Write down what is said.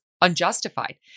unjustified